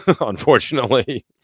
unfortunately